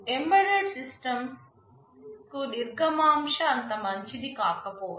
embedded సిస్టమ్కు నిర్గమాంశ అంత మంచిది కాకపోవచ్చు